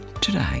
today